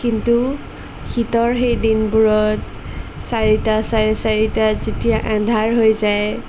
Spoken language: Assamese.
কিন্তু শীতৰ সেই দিনবোৰত চাৰিটা চাৰে চাৰিটাত যেতিয়া এন্ধাৰ হৈ যায়